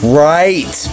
right